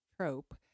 trope